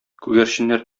күгәрченнәр